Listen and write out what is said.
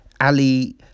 Ali